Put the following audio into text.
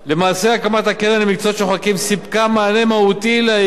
מהותי לעיקרן של הסוגיות אשר כבודו מעלה,